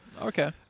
Okay